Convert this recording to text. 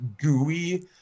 gooey